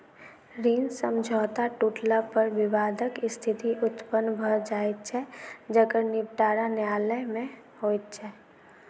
ऋण समझौता टुटला पर विवादक स्थिति उत्पन्न भ जाइत छै जकर निबटारा न्यायालय मे होइत छै